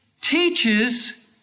teaches